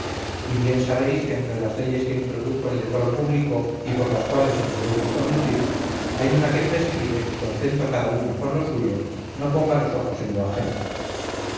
y bien sabéis que entre las leyes que introdujo el decoro público y por las cuales nos debemos conducir hay una que prescribe que contento cada uno con lo suyo no ponga los ojos en lo ajeno